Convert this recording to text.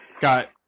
Got